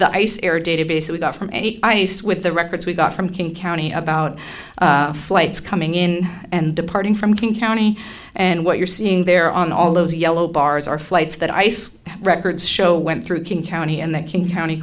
the ice air database we got from ice with the records we got from king county about flights coming in and departing from king county and what you're seeing there on all those yellow bars our flights that ice records show went through king county and the king county